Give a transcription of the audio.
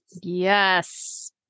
Yes